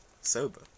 sober